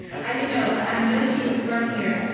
i you know, but i knew she was from here.